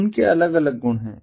उनके अलग अलग गुण हैं